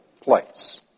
place